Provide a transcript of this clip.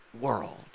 world